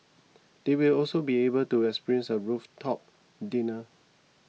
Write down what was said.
they will also be able to experience a rooftop dinner